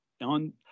on